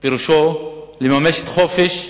פירושו לממש את חופש הביטוי,